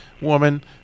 woman